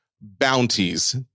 bounties